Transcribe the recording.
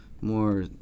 more